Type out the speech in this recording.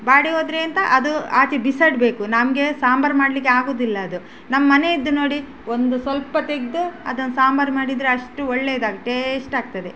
body ಹೋದರೆ ಎಂತ ಅದು ಆಚೆ ಬಿಸಾಡಬೇಕು ನಮಗೆ ಸಾಂಬಾರು ಮಾಡಲಿಕ್ಕೆ ಆಗೋದಿಲ್ಲ ಅದು ನಮ್ಮನೇದು ನೋಡಿ ಒಂದು ಸ್ವಲ್ಪ ತೆಗ್ದು ಅದನ್ನ ಸಾಂಬಾರು ಮಾಡಿದರೆ ಅಷ್ಟು ಒಳ್ಳೆಯದಾಗಿ ಟೇಶ್ಟ್ ಆಗ್ತದೆ